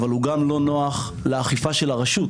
אבל הוא גם לא נוח לאכיפה של הרשות,